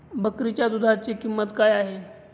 बकरीच्या दूधाची किंमत काय आहे?